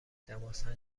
دماسنج